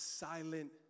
silent